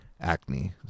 acne